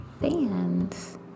fans